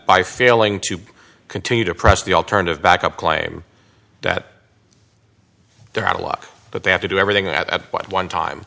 by failing to continue to press the alternative backup claim that they're out of luck but they have to do everything at one time